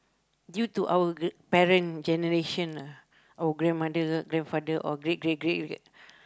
due to our gr~ parent generation ah our grandmother grandfather or great great great